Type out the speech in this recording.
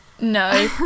no